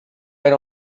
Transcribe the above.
era